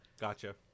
Gotcha